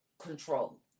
control